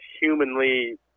humanly